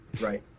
right